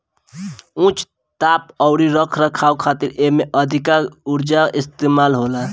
उच्च ताप अउरी रख रखाव खातिर एमे अधिका उर्जा इस्तेमाल होला